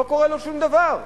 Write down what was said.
לא קורה לו שום דבר.